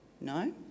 No